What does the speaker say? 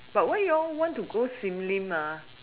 but you all want to go sim-lim